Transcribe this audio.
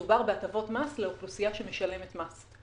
מדובר בהטבות מס לאוכלוסייה שמשלמת מס.